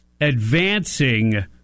advancing